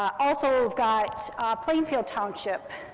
also we've got plainfield township,